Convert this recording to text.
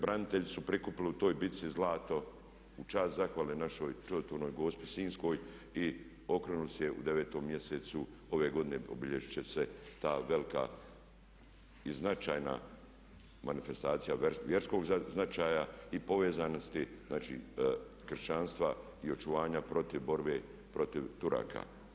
Branitelji su prikupili u toj bici zlato u čast zahvale našoj čudotvornoj gospi sinjskoj i okrunili su je u 9. mjesecu, ove godine obilježit će se ta velika i značajna manifestacija vjerskog značaja i povezanosti znači kršćanstva i očuvanja protiv borbe protiv Turaka.